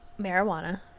Marijuana